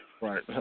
Right